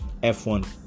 F1